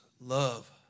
love